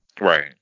Right